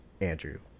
Andrew